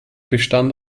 bestand